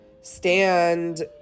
stand